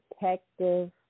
protective